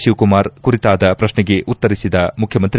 ಶಿವಕುಮಾರ್ ಕುರಿತಾದ ಪ್ರಕ್ಷೆಗೆ ಉತ್ತರಿಸಿದ ಮುಖ್ಯಮಂತ್ರಿ